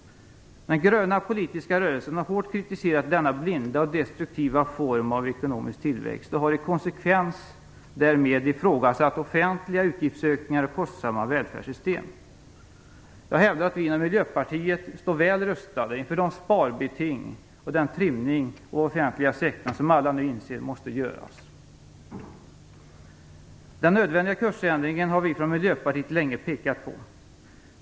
Den gröna politiska rörelsen har hårt kritiserat denna blinda och destruktiva form av ekonomisk tillväxt och har i konsekvens därmed ifrågasatt offentliga utgiftsökningar och kostsamma välfärdssystem. Jag hävdar att vi inom Miljöpartiet står väl rustade inför de sparbeting och den trimning av den offentliga sektorn som alla nu inser måste göras. Den nödvändiga kursändringen har vi från Miljöpartiet länge pekat på.